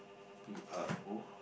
P R O